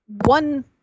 one